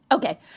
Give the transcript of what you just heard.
Okay